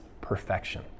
perfection